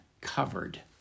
covered